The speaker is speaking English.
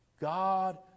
God